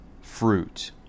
fruit